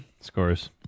scores